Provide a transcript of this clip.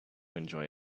enjoy